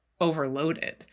overloaded